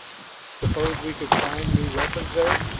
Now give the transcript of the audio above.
suppose we could find new weapons there.